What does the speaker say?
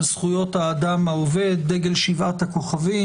זכויות האדם העובד דגל שבעת הכוכבים.